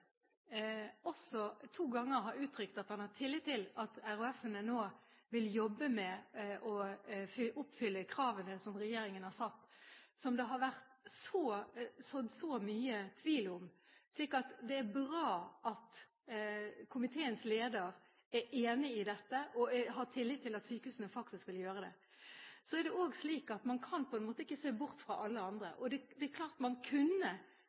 også var et sentralt tema. Jeg er glad for én ting akkurat i denne debatten, og det er at representanten Bent Høie, som er leder for komiteen, to ganger har uttrykt at han har tillit til at de regionale helseforetakene nå vil jobbe med å oppfylle kravene som regjeringen har satt, som det har vært sådd så mye tvil om. Det er bra at komiteens leder er enig i dette og har tillit til at sykehusene faktisk vil gjøre det. Så er det også slik at man